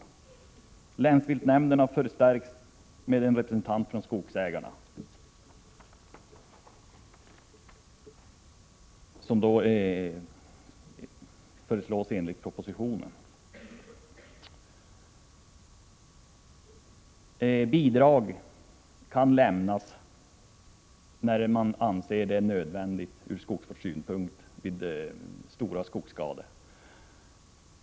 I propositionen föreslås att länsviltnämnderna därvid skall förstärkas med en representant från skogsägare. Bidrag kan enligt propositionen lämnas när det anses nödvändigt ur skogsvårdssynpunkt vid stora skogsskador.